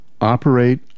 operate